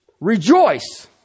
Rejoice